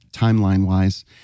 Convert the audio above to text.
Timeline-wise